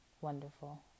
wonderful